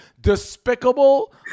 despicable